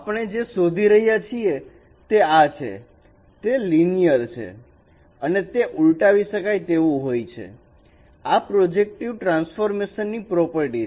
આપણે જે શોધી રહ્યા છીએ તે આ છે તે લિનિયર છે અને તે ઉલટાવી શકાય તેવું હોય છે આ પ્રોજેક્ટિવ ટ્રાન્સફોર્મેશન ની પ્રોપર્ટી છે